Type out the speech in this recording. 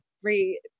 three